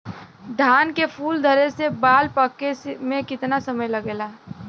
धान के फूल धरे से बाल पाके में कितना समय लागेला?